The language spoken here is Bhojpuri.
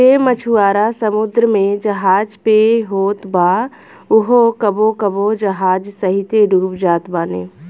जे मछुआरा समुंदर में जहाज पे होत बा उहो कबो कबो जहाज सहिते डूब जात बाने